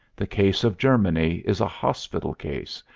the case of germany is a hospital case,